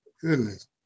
goodness